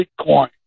Bitcoin